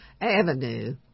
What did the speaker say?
avenue